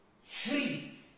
Three